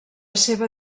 seva